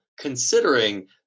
considering